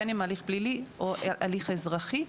בין אם הליך פלילי או הליך אזרחי,